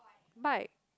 bike